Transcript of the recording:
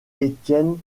étienne